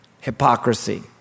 hypocrisy